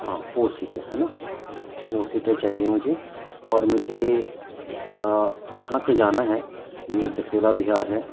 ہاں four seater ہے نا فور سیٹر چاہیے مجھے اور مجھے یہاں سے جانا ہے یہ جسولہ وہار ہے